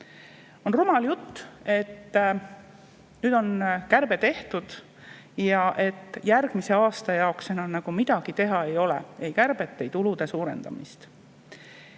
On rumal jutt, et nüüd on kärbe tehtud ja et järgmise aasta jaoks enam midagi teha vaja ei ole, ei kärbet, ei tulude suurendamist.